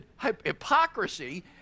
hypocrisy